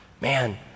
man